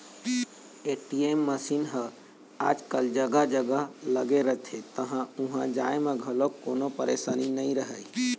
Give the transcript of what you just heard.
ATM machine ह आजकल जघा जघा लगे रहिथे त उहाँ जाए म घलोक कोनो परसानी नइ रहय